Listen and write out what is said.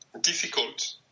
difficult